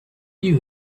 you